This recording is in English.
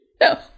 No